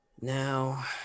Now